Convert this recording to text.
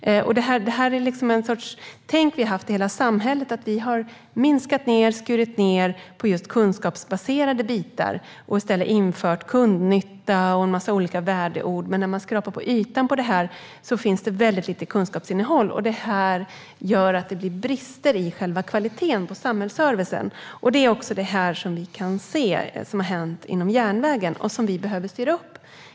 Det är ett tänkande som har funnits i hela samhället, nämligen att minska ned och skära ned på just kunskapsbaserade bitar och i stället införa kundnytta och en mängd värdeord. När man skrapar på ytan finns det väldigt lite kunskapsinnehåll. Då blir det brister i kvaliteten på samhällsservicen. Detta har vi sett hända inom järnvägen, och där behöver vi styra upp.